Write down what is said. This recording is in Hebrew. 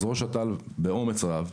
ראש אט"ל באומץ רב,